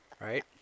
Right